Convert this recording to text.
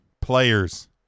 players